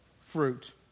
fruit